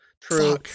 True